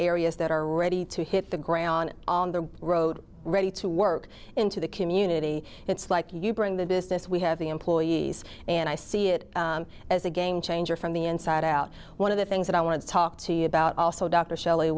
areas that are ready to hit the ground on the road ready to work into the community it's like you bring the business we have the employees and i see it as a game changer from the inside out one of the things that i want to talk to you about also dr shell